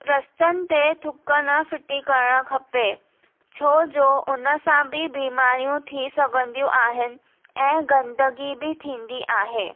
रस्तनि ते थुकु न फ़िटी करणु खपे छो जो उन सां बि बीमाररियूं थी सघंदियूं आहिनि ऐं गंदगी बि थींदी आहे